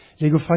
Lego